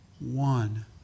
One